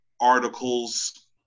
articles